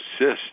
assist